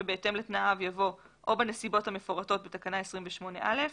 אחרי "לרישיון ובהתאם לתנאיו" יבוא "או בנסיבות המפורטות בתקנה 28א"